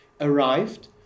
arrived